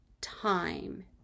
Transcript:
time